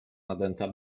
nadęta